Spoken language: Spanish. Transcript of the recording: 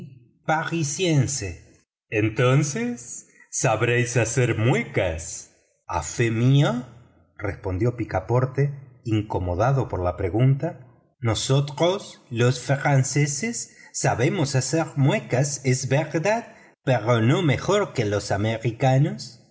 sí parisiense entonces sabréis hacer muecas a fe mía respondió picaporte incomodado por la pregunta nosotros los franceses sabemos hacer muecas es verdad pero no mejor que los americanos